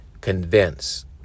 convince